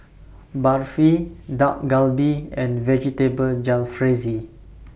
Barfi Dak Galbi and Vegetable Jalfrezi